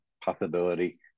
possibility